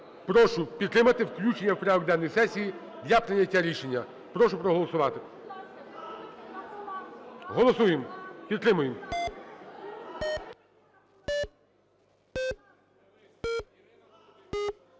Прошу підтримати включення в порядок денний сесії для прийняття рішення. Прошу проголосувати. Голосуємо, підтримуємо.